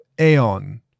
aeon